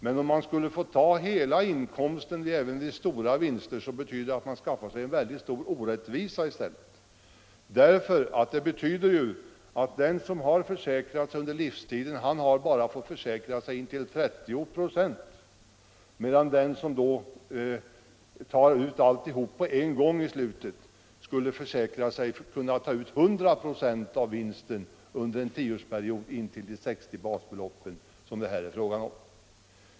Men om de skulle få ta hela inkomsten även vid stora vinster betyder det att man skapar en väldig orättvisa i stället, för det innebär ju att den som försäkrat sig under livstiden bara har fått försäkra sig intill 30 96, medan den som tar ut alltsammans på en gång mot slutet skulle kunna ta ut 100 96 av vinsten under en tioårsperiod intill de 60 basbelopp som det här är fråga om.